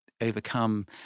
overcome